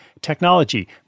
technology